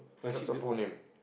that's her full name